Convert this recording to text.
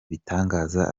ibitangaza